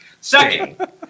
Second